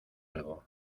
algo